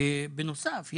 בנוסף,